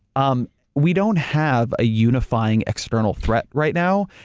um we don't have a unifying external threat right now,